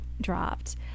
dropped